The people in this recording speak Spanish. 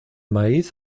maíz